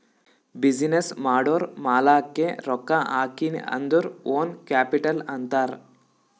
business ಮಾಡೂರ್ ಮಾಲಾಕ್ಕೆ ರೊಕ್ಕಾ ಹಾಕಿನ್ ಅಂದುರ್ ಓನ್ ಕ್ಯಾಪಿಟಲ್ ಅಂತಾರ್